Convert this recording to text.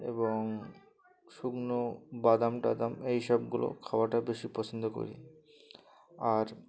এবং শুকনো বাদাম টাদাম এইসবগুলো খাওয়াটা বেশি পছন্দ করি আর